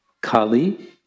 Kali